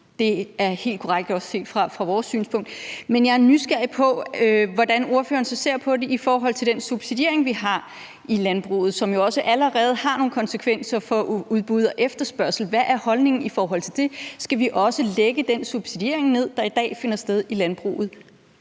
Det er helt korrekt, også set fra vores synspunkt, men jeg er nysgerrig på, hvordan ordføreren så ser på det i forhold til den subsidiering, vi har i landbruget, som jo også allerede har nogle konsekvenser for udbud og efterspørgsel. Hvad er holdningen i forhold til det? Skal vi også lægge den subsidiering ned, der i dag finder sted i landbruget?